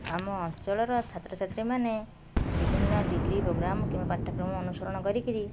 ଆମ ଅଞ୍ଚଳର ଛାତ୍ରଛାତ୍ରୀମାନେ ବିଭିନ୍ନ ଡିଗ୍ରୀ ପୋଗ୍ରାମ୍ କିମ୍ବା ପାଠ୍ୟକ୍ରମ ଅନୁସରଣ କରିକିରି